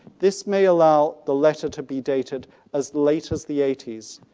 this may allow the letter to be dated as later as the eighties.